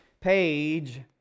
Page